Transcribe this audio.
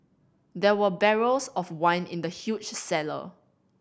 there were barrels of wine in the huge cellar